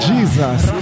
Jesus